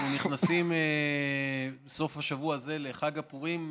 אנחנו נכנסים בסוף השבוע הזה לחג הפורים,